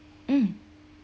mm